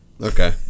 Okay